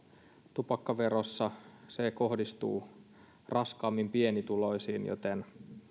tupakkaverossa kohdistuu raskaammin pienituloisiin joten